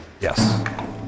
Yes